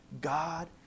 God